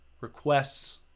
requests